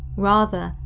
rather,